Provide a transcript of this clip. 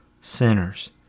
sinners